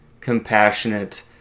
compassionate